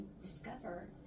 discover